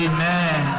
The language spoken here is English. Amen